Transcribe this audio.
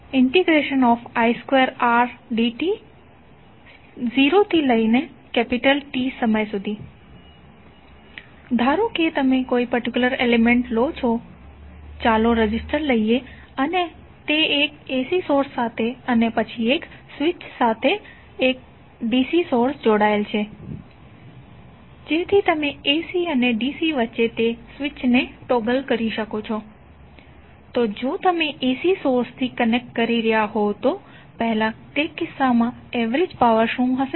P1T0Ti2Rdt ધારો કે તમે કોઈ પર્ટિક્યુલર એલિમેન્ટ્ લો છો ચાલો રેઝિસ્ટર લઈએ અને તે એક AC સોર્સ સાથે અને પછી એક સ્વિચ સાથે એક DC સોર્સ જોડાયેલ છે જેથી તમે AC અને DC વચ્ચે તે સ્વીચને ટોગલ કરી શકો તો જો તમે AC સોર્સથી કનેક્ટ કરી રહ્યાં હોવ તો પહેલા તે કિસ્સામાં એવરેજ પાવર શું હશે